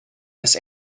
this